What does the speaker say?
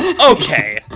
okay